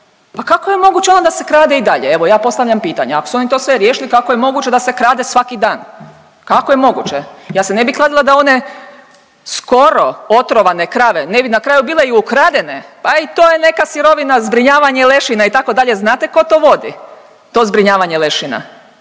Pa kako je moguće onda da se krade i dalje, evo ja postavljam pitanje, ako su oni to sve riješili, kako je moguće da se krade svaki dan, kako je moguće? Ja se ne bi kladila da one skoro otrovane krave, ne bi na kraju bile i ukradene, pa i to je neka sirovina, zbrinjavanje lešina itd., znate ko to vodi, to zbrinjavanje lešina?